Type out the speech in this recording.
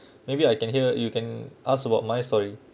maybe I can hear you can ask about my story